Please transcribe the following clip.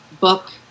book